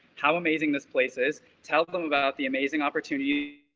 how amazing this place is, tell them about the amazing opportunity.